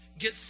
get